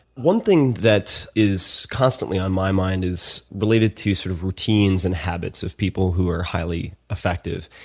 one thing that is constantly on my mind is related to sort of routines and habits of people who are highly effective.